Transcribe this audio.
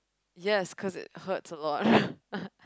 yes cause it hurts a lot